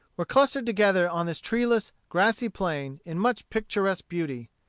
were clustered together on this treeless, grassy plain, in much picturesque beauty.